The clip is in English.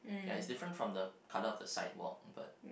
ya it's different from the colour of the sign board but